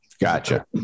gotcha